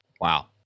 Wow